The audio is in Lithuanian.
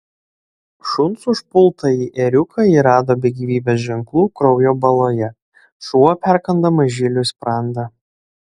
šuns užpultąjį ėriuką ji rado be gyvybės ženklų kraujo baloje šuo perkando mažyliui sprandą